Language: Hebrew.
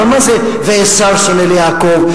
אבל מה זה "עשיו שונא ליעקב",